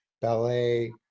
ballet